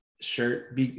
shirt